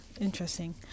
Interesting